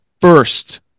first